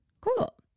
Cool